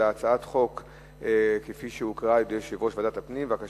אלא הצעת החוק כפי שהוקראה על-ידי יושב-ראש ועדת הפנים.